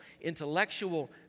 intellectual